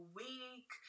week